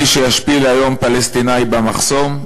מי שישפיל היום פלסטיני במחסום,